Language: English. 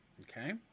Okay